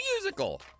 musical